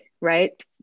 right